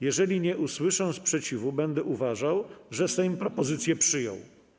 Jeżeli nie usłyszę sprzeciwu, będę uważał, że Sejm propozycję przyjął.